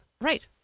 Right